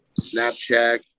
Snapchat